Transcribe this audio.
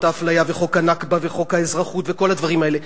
האפליה וחוק ה"נכבה" וחוק האזרחות וכל הדברים האלה,